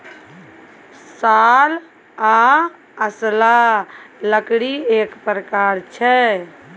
साल आ असला लकड़ीएक प्रकार छै